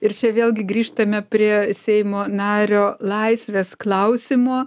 ir čia vėlgi grįžtame prie seimo nario laisvės klausimo